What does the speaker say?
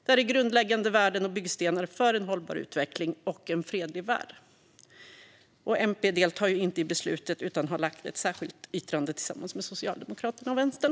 Det här är grundläggande värden och byggstenar för en hållbar utveckling och en fredlig värld. MP deltar inte i beslutet utan har lämnat ett särskilt yttrande tillsammans med Socialdemokraterna och Vänstern.